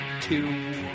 two